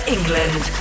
England